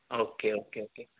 okay okay okay